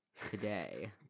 Today